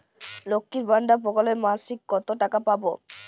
লক্ষ্মীর ভান্ডার প্রকল্পে মাসিক কত টাকা পাব?